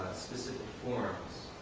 specific forms,